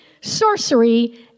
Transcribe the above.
sorcery